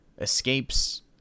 escapes